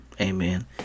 Amen